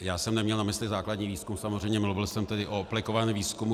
Já jsem neměl na mysli základní výzkum, samozřejmě mluvil jsem tedy o aplikovaném výzkumu.